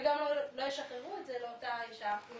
הם גם לא ישחררו את זה לאותה אישה אם